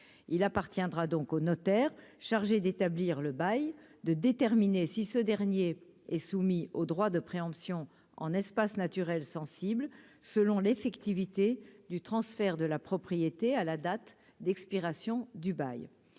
il appartiendra donc au notaire chargé d'établir le bail de déterminer si ce dernier est soumis au droit de préemption en espace naturel sensible selon l'effectivité du transfert de la propriété, à la date d'expiration du bail,